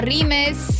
Rimes